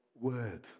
word